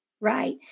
Right